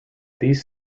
these